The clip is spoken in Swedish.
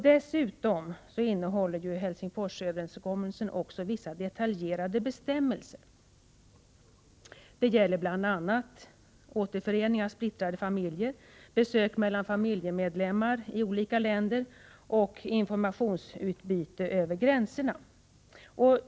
Dessutom innehåller Helsingforsöverenskommelsen vissa detaljerade bestämmelser. Det gäller bl.a. återförening av splittrade familjer, besök mellan familjemedlemmar i olika länder och informationsutbyte över gränserna.